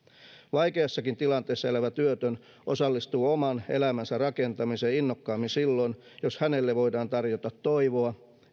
vaikeassakin tilanteessa elävä työtön osallistuu oman elämänsä rakentamiseen innokkaammin silloin jos hänelle voidaan tarjota toivoa